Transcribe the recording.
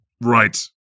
Right